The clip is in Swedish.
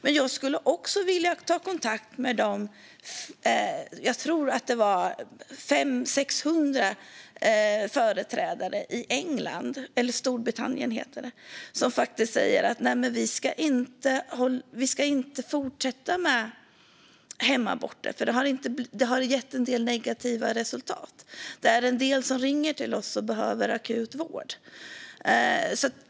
Men jag skulle också vilja ta kontakt med de 500-600 företrädare, som jag tror att det var, i England, eller Storbritannien som det heter, som säger att man inte ska fortsätta med hemaborter för att det har gett en del negativa resultat. En del har ringt och behövt akut vård.